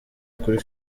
kuri